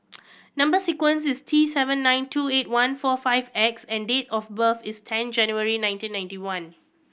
number sequence is T seven nine two eight one four five X and date of birth is ten January nineteen ninety one